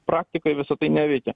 praktikoj visa tai neveikė